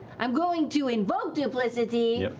i'm going to invoke duplicity!